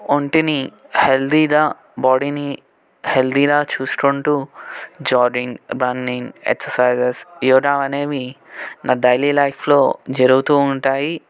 ఒంటిని హెల్దీలా బాడీని హెల్దీలా చూసుకుంటూ జాగింగ్ రన్నింగ్ ఎక్ససైజెస్ యోగా అనేవి నా డైలీ లైఫ్లో జరుగుతూ ఉంటాయి